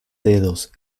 dedos